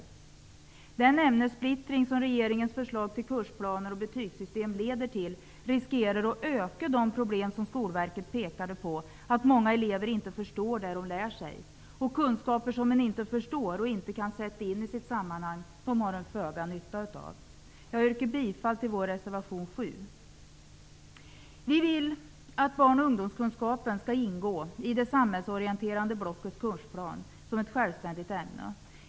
Med den ämnessplittring som regeringens förslag till kursplaner och betygssystem leder till riskerar man att öka de problem som Skolverket pekade på, nämligen att många elever inte förstår det de lär sig. Kunskaper som man inte förstår och inte kan sätta in i sitt sammanhang, har man föga nytta av. Jag yrkar bifall till vår reservation nr 7. Vi vill att barn och ungdomskunskap skall ingå i det samhällsorienterande blockets kursplan som ett självständigt ämne.